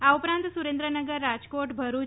આ ઉપરાંત સુરેન્દ્રનગર રાજકોટ ભરુચ